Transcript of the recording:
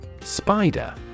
Spider